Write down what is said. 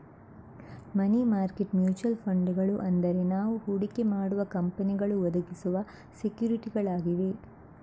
ಮನಿ market mutual ಫಂಡುಗಳು ಅಂದ್ರೆ ನಾವು ಹೂಡಿಕೆ ಮಾಡುವ ಕಂಪನಿಗಳು ಒದಗಿಸುವ ಸೆಕ್ಯೂರಿಟಿಗಳಾಗಿವೆ